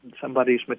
somebody's